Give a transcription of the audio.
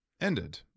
ended